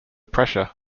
pressure